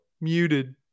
muted